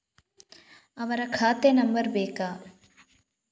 ಅವರ ಖಾತೆ ನಂಬರ್ ಬೇಕಾ?